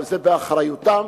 זה באחריותם.